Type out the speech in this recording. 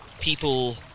people